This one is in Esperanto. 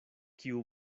kiu